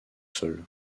sol